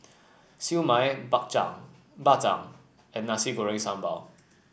Siew Mai bak Bak Chang and Nasi Goreng Sambal